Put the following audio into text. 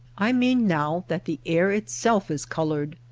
i mean now that the air itself is colored.